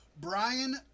Brian